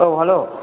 औ हेल'